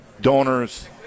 donors